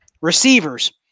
Receivers